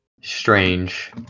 strange